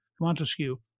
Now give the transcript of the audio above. Montesquieu